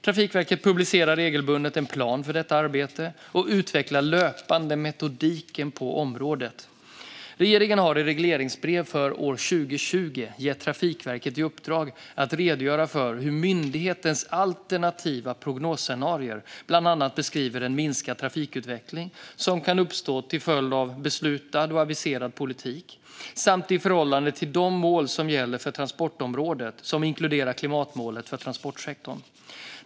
Trafikverket publicerar regelbundet en plan för detta arbete och utvecklar löpande metodiken på området. Regeringen har i regleringsbrev för år 2020 gett Trafikverket i uppdrag att redogöra för hur myndighetens alternativa prognosscenarier bland annat beskriver en minskad trafikutveckling som kan uppstå till följd av beslutad och aviserad politik samt i förhållande till de mål som gäller för transportområdet, som inkluderar klimatmålet för transportsektorn.